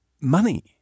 Money